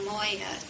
Moya